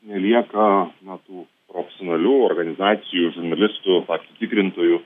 nelieka na tų profesionalių organizacijų žurnalistų faktų tikrintojų